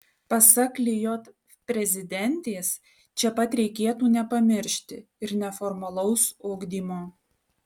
pasak lijot prezidentės čia pat reikėtų nepamiršti ir neformalaus ugdymo